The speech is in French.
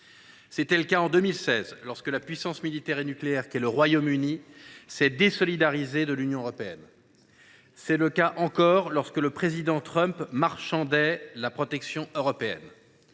a été le cas en 2016, lorsque la puissance militaire et nucléaire qu’est le Royaume Uni s’est désolidarisée de l’Union européenne. Cela a encore été le cas lorsque le président Trump a marchandé la protection accordée